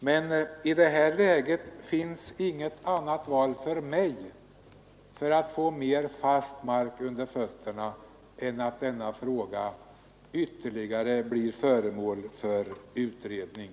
Men i det här läget finns inget annat val för mig när det gäller att få mer fast mark under fötterna än att denna fråga blir föremål för ytterligare utredning.